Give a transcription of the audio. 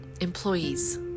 employees